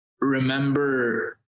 remember